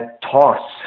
toss